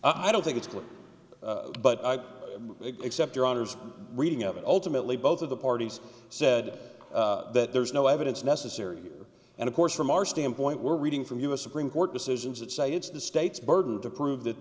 and i don't think it's good but i accept your honour's reading of it ultimately both of the parties said that there's no evidence necessary here and of course from our standpoint we're reading from u s supreme court decisions that say it's the state's burden to prove that